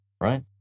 right